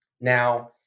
Now